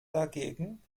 dagegen